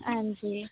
ਹਾਂਜੀ